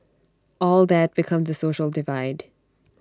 all that becomes social divide